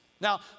Now